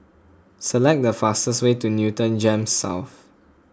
select the fastest way to Newton Gems South